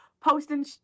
Posting